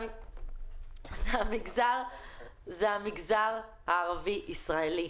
זה המגזר הערבי ישראלי.